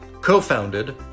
Co-founded